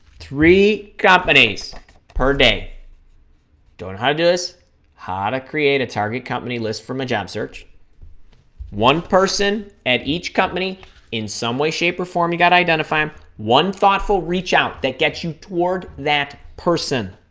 three companies per day don't hug us how to create a target company list from a job search one person at each company in some way shape or form you gotta identify um one thoughtful reach out that gets you toward that person